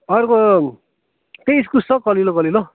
अर्को त्यही इस्कुस छ कलिलो कलिलो